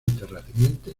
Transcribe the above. terrateniente